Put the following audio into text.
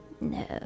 No